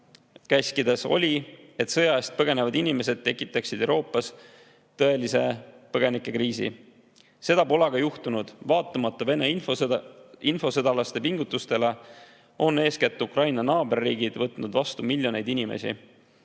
käskides oli, et sõja eest põgenevad inimesed tekitaksid Euroopas tõelise põgenikekriisi. Seda pole aga juhtunud. Vaatamata Vene infosõdalaste pingutustele on eeskätt Ukraina naaberriigid võtnud vastu miljoneid inimesi,